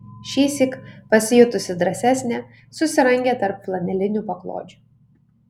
šįsyk pasijutusi drąsesnė susirangė tarp flanelinių paklodžių